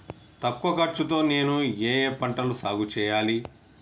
తక్కువ ఖర్చు తో నేను ఏ ఏ పంటలు సాగుచేయాలి?